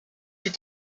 plus